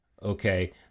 Okay